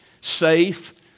safe